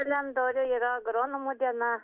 kalendoriuj yra agronomų diena